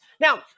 Now